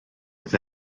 oedd